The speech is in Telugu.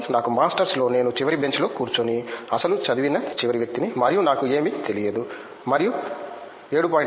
కాబట్టి నా మాస్టర్స్లో నేను చివరి బెంచ్ లో కూర్చోని అస్సలు చదవని చివరి వ్యక్తి నిమరియు నాకు ఏమీ తెలియదు మరియు 7